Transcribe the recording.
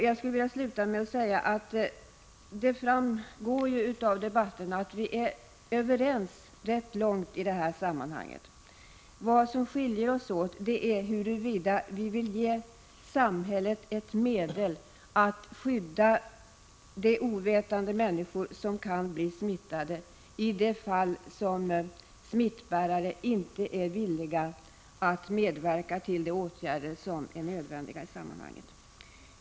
Jag skulle vilja avsluta anförandet med att säga att det framgår av debatten att vi i detta sammanhang är överens i rätt långa stycken. Vad som skiljer oss åt är huruvida vi vill eller inte vill ge samhället ett medel för att skydda ovetande människor som kan bli smittade i de fall smittbäraren inte är villig att medverka till de åtgärder som är nödvändiga i detta sammanhang.